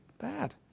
bad